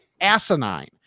asinine